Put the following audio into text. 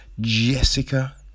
Jessica